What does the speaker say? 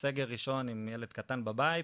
סגר ראשון עם ילד קטן בבית,